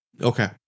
Okay